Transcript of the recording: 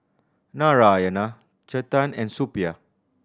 Narayana Chetan and Suppiah